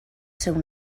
seu